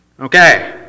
Okay